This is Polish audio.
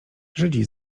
żydzi